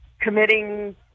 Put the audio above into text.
committing